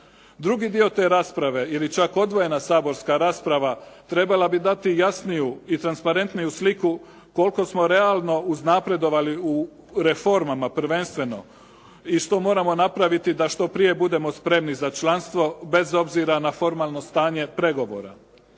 Drugi dio te rasprave ili čak odvojena saborska rasprava trebala bi dati jasniju i transparentniju sliku koliko smo realno uznapredovali u reformama prvenstveno i što moramo napraviti da što prije budemo spremni za članstvo, bez obzira na formalno stanje pregovora.